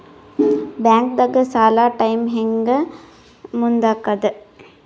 ಬ್ಯಾಂಕ್ದಾಗ ಸಾಲದ ಟೈಮ್ ಹೆಂಗ್ ಮುಂದಾಕದ್?